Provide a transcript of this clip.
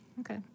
Okay